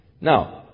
Now